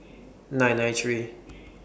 nine nine three